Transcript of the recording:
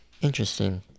interesting